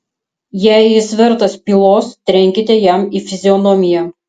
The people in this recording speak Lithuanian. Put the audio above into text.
jei jis vertas pylos trenkite jam į fizionomiją